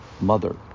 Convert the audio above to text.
mother